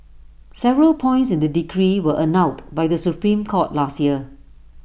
several points in the decree were annulled by the Supreme court last year